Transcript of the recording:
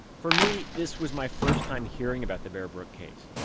for me, this was my first time hearing about the bear brook case,